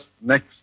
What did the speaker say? next